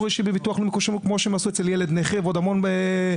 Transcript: האישי בביטוח לאומי כמו שהם עשו אצל ילד נכה ועוד המון דברים,